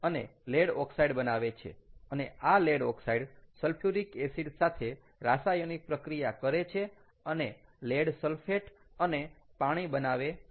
અને lead oxide બનાવે છે અને આ લેડ ઓકસાઈડ સલ્ફ્યુરિક એસિડ સાથે રાસાયણિક પ્રક્રિયા કરે છે અને લેડ સલ્ફેટ અને પાણી બનાવે છે